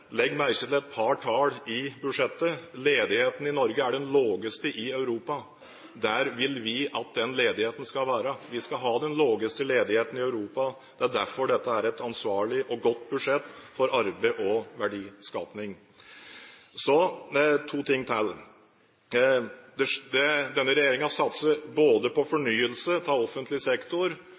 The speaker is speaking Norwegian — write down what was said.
Legg merke til et par tall i budsjettet. Ledigheten i Norge er den laveste i Europa. Der vil vi at den ledigheten skal være. Vi skal ha den laveste ledigheten i Europa. Det er derfor dette er et ansvarlig og godt budsjett for arbeid og verdiskaping. Så to ting til. Denne regjeringen satser både på fornyelse av offentlig sektor